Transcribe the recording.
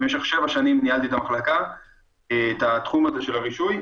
משך שבע שנים ניהלתי את התחום של הרישוי.